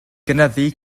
gynyddu